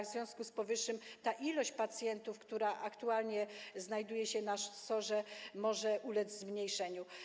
W związku z powyższym liczba pacjentów, która aktualnie znajduje się na SOR-ze, może ulec zmniejszeniu.